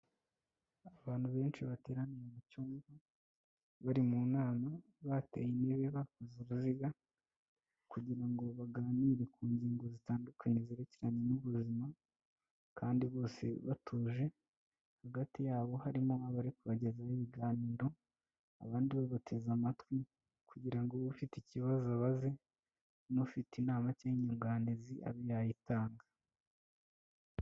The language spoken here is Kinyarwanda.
Abantu benshi bateraniye mu cyumba, bari mu nama, bateye intebe bakoze uruziga, kugira ngo baganire ku ngingo zitandukanye zerekeranye n'ubuzima, kandi bose batuje, hagati yabo harimo abari kubagezaho ibiganiro, abandi babateze amatwi, kugira ngo ufite ikibazo abaze, n'ufite inama cyangwa inyunganizi abe yayitanga.